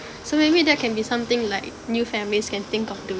so maybe that can be something like new families can think of doing